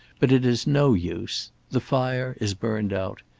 but it is no use. the fire is burned out.